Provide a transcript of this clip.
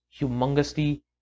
humongously